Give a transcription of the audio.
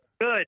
good